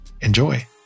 Enjoy